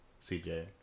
CJ